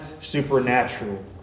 supernatural